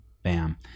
Bam